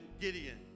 Gideon